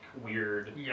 weird